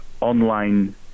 online